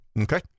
Okay